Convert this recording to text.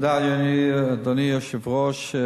אדוני היושב-ראש,